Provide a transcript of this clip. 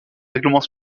règlement